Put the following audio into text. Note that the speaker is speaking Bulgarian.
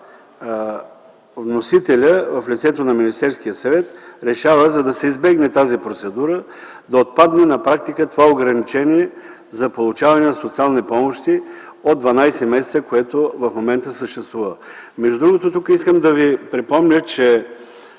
вносителят в лицето на Министерския съвет, за да се избегне тази процедура, решава да отпадне на практика това ограничение за получаване на социални помощи от 12 месеца, което в момента съществува. Тук искам да ви припомня, че